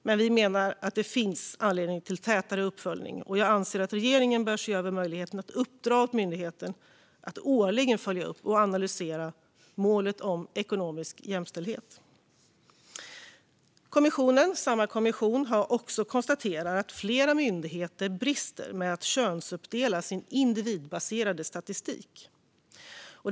Men vi menar att det finns anledning till tätare uppföljning, och jag anser att regeringen bör se över möjligheten att uppdra åt myndigheten att årligen följa upp och analysera målet om ekonomisk jämställdhet. Samma kommission har också konstaterat att flera myndigheter brister i att könsuppdela sin individbaserade statistik.